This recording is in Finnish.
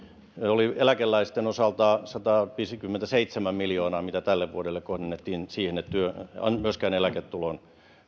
oli eläkeläisten osalta sataviisikymmentäseitsemän miljoonaa mitä tälle vuodelle kohdennettiin siihen että myöskään eläketulon